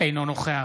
אינו נוכח